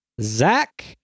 Zach